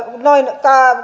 noin